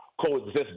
coexist